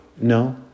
No